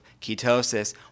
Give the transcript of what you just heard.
ketosis